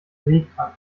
seekrank